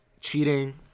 cheating